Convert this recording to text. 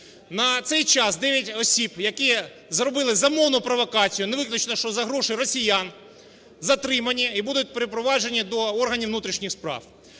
На цей час дев'ять осіб, які зробили замовну провокацію, не виключно, що за гроші росіян, затримані і будуть припроваджені до органів внутрішніх справ.